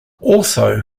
also